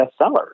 bestseller